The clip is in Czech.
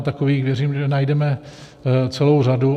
A takových věřím, že najdeme celou řadu.